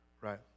Right